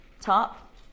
top